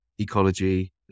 ecology